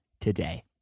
today